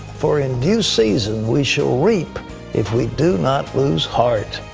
for in due season we shall reap if we do not lose heart.